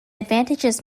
advantages